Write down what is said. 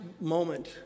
moment